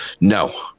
No